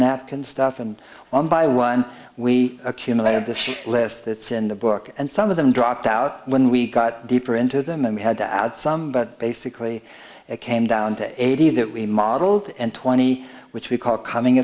napkin stuff and on by one we accumulated the less that's in the book and some of them dropped out when we got deeper into them and we had to add some but basically it came down to eighty that we modeled and twenty which we call coming